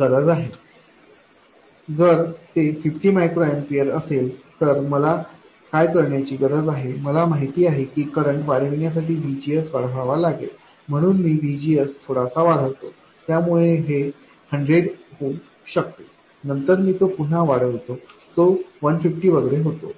गरज आहे जर ते 50 मायक्रो एम्पीयर असेल तर मला काय करण्याची गरज आहे मला माहित आहे की करंट वाढविण्यासाठी VGS वाढवावा लागेल म्हणून मी VGS थोडासा वाढवितो ज्यामुळे हे 100 होऊ शकते नंतर मी तो पुन्हा वाढवितो तो 150 वगैरे होतो